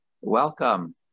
Welcome